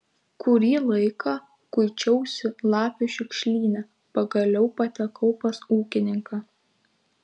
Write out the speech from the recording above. kurį laiką kuičiausi lapių šiukšlyne pagaliau patekau pas ūkininką